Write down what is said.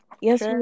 Yes